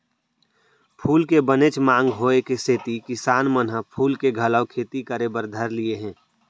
फूल के बनेच मांग होय के सेती किसान मन ह फूल के घलौ खेती करे बर धर लिये हें